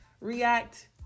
react